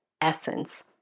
essence